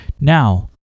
Now